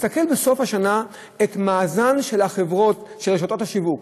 נסתכל בסוף השנה על המאזנים של רשתות השיווק,